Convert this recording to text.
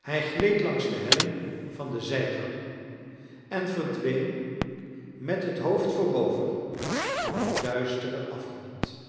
hij gleed langs de helling van den zijgang en verdween met het hoofd voorover in den duisteren afgrond